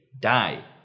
die